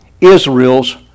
Israel's